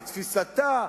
את תפיסתה,